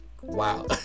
Wow